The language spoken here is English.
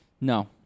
No